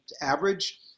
average